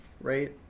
right